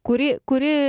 kuri kuri